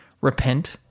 Repent